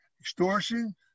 extortion